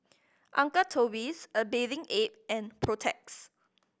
Uncle Toby's A Bathing Ape and Protex